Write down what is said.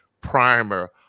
primer